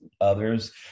others